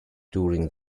during